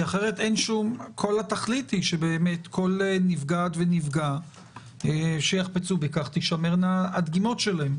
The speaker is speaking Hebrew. כל התכלית היא שבאמת כל נפגעת ונפגע שיחפצו בכך תישמרנה הדגימות שלהם,